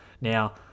Now